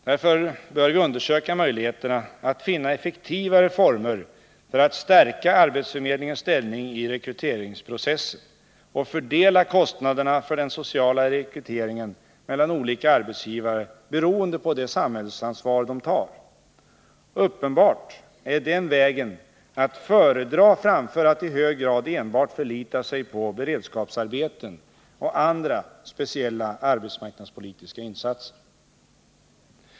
Därför bör vi undersöka möjligheterna att finna effektivare former för att stärka arbetsförmedlingens ställning i rekryteringsprocessen och fördela kostnaderna för den sociala rekryteringen mellan olika arbetsgivare beroende på det samhällsansvar de tar. Det är uppenbart att den vägen är att föredra framför att man i hög grad enbart förlitar sig på beredskapsarbeten och andra, speciella arbetsmarknadspolitiska insatser.